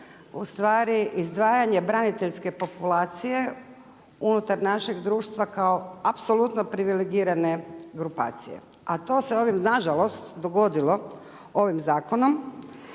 ustvari izdvajanje braniteljske populacije unutar našeg društva kao apsolutno privilegirane grupacije a to se nažalost dogodilo ovim zakonom